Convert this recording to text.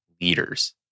leaders